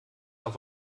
auf